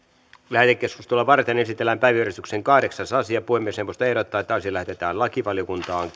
lähetekeskustelua varten esitellään päiväjärjestyksen kahdeksas asia puhemiesneuvosto ehdottaa että asia lähetetään lakivaliokuntaan